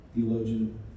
theologian